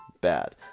bad